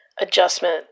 adjustment